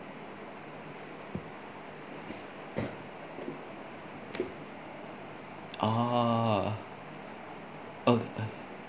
oh o~ uh